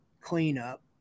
cleanup